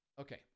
Okay